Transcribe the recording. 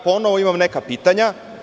Ponovo imam neka pitanja.